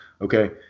Okay